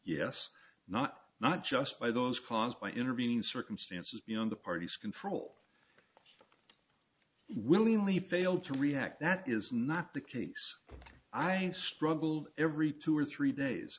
yes not not just by those caused by intervening circumstances beyond the parties control willingly failed to react that is not the case i struggled every two or three days